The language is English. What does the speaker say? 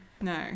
no